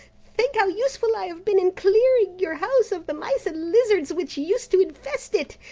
think how useful i have been in clearing your house of the mice and lizards which used to infest it,